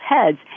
heads